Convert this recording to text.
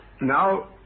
Now